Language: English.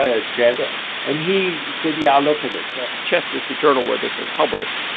at at chest yeah and he said, yeah, i'll look at it so chest is the journal where this was published.